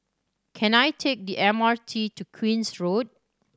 can I take the M R T to Queen's Road